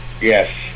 Yes